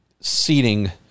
seating